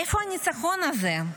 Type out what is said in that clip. איפה הניצחון הזה?